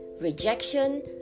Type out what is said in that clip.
rejection